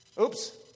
Oops